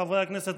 חברי הכנסת,